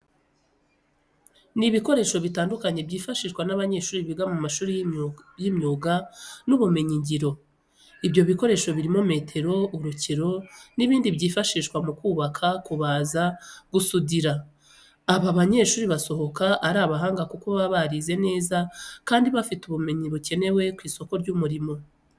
Ni ibikoresho bitandukanye byifashishwa n'abanyeshuri biga mu mashuri y'imyuga n'ubumenyingiro. Ibyo bikoresho birimo metero, urukero, n'ibindi byifashishwa mu kubaka, kubaza, gusudira. Aba banyeshuri basohoka ari abahanga kuko baba barize neza kandi bafite ubumenyi bukenewe ku isoko ry'umurimo.